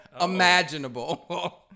imaginable